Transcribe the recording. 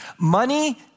money